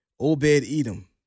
Obed-Edom